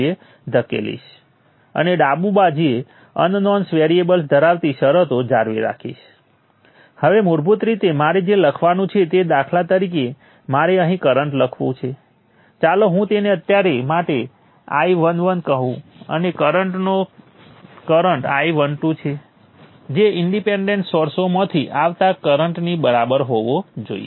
તેથી જો તમે કરંટ I1 ને આ દિશામાં પેસિવ સાઇન કન્વેન્શન સાથે સુસંગત રાખો છો તો આ V1 ની નિશાની જોતાં આ કરંટ માઇનસ I1 હશે કારણ કે આ કરંટ સોર્સ છે અને R11 દ્વારા કરંટ V1 ગુણ્યા G11 હશે